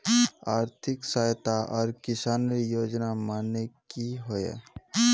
आर्थिक सहायता आर किसानेर योजना माने की होय?